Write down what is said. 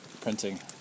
printing